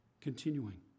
Continuing